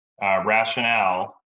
rationale